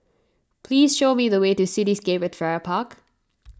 please show me the way to Cityscape at Farrer Park